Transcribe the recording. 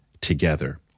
together